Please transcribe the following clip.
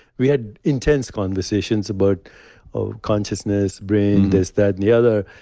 we had intense conversations about ah consciousness, brain, this, that and the other.